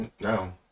no